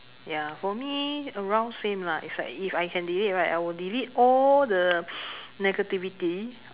ya for me around same lah if like if I can delete right I will delete all the negativity